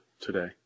today